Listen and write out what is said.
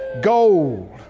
Gold